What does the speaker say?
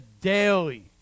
daily